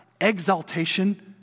exaltation